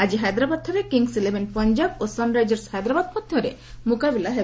ଆକି ହାଇଦ୍ରାବାଦଠାରେ Kings Eleven Punjab ଓ ସନ୍ରାଇଜର୍ସ ହାଇଦ୍ରାବାଦ ମଧ୍ୟରେ ମୁକାବିଲା ହେବ